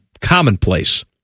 commonplace